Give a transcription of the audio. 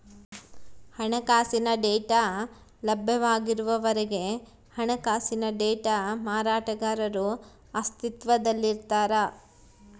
ಹಣಕಾಸಿನ ಡೇಟಾ ಲಭ್ಯವಾಗುವವರೆಗೆ ಹಣಕಾಸಿನ ಡೇಟಾ ಮಾರಾಟಗಾರರು ಅಸ್ತಿತ್ವದಲ್ಲಿರ್ತಾರ